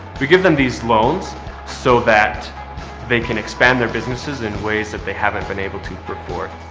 we give them these loans so that they can expand their businesses in ways that they haven't been able to before.